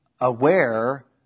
aware